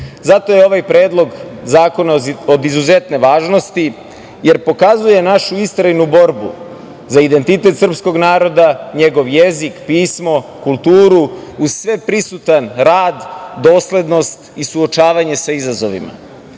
Zato je ovaj Predlog zakona od izuzetne važnosti, jer pokazuje našu istrajnu borbu za identitet srpskog naroda, njegov jezik, pismo, kulturu uz sve prisutan rad, doslednost i suočavanje sa izazovima.